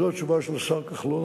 זאת התשובה של השר כחלון.